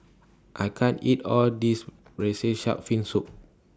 I can't eat All This Braised Shark Fin Soup